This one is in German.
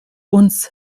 uns